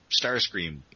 Starscream